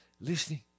listening